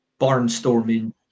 barnstorming